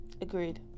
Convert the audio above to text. Agreed